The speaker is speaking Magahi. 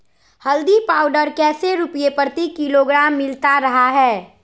हल्दी पाउडर कैसे रुपए प्रति किलोग्राम मिलता रहा है?